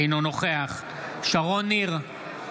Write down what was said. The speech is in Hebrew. אינו נוכח שרון ניר,